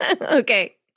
Okay